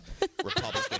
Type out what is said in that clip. Republican